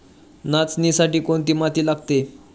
नाचणीसाठी कोणती माती लागते?